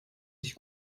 sich